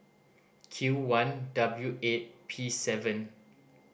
Q one W eight P seven